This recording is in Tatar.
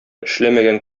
эшләмәгән